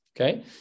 Okay